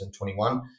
2021